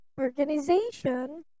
organization